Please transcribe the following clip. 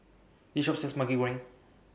This Shop sells Maggi Goreng